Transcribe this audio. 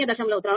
3 0